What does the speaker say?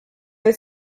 was